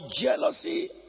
jealousy